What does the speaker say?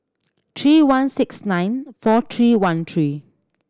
three one six nine four three one three